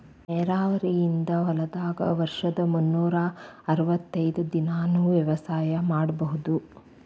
ನೇರಾವರಿ ಇದ್ದ ಹೊಲದಾಗ ವರ್ಷದ ಮುನ್ನೂರಾ ಅರ್ವತೈದ್ ದಿನಾನೂ ವ್ಯವಸಾಯ ಮಾಡ್ಬಹುದು